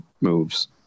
moves